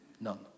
None